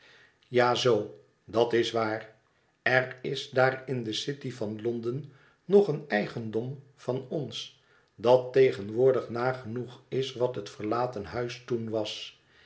ja zoo dat is waar er is daar in de city van londen nog een eigendom van ons dat tegenwoordig nagenoeg is wat het verlaten huis toen was